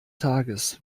tages